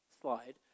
slide